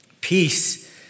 Peace